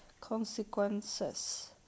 Consequences